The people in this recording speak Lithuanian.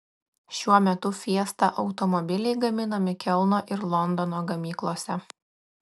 šiuo metu fiesta automobiliai gaminami kelno ir londono gamyklose